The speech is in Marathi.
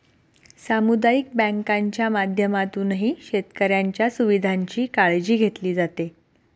सामुदायिक बँकांच्या माध्यमातूनही शेतकऱ्यांच्या सुविधांची काळजी घेतली जाते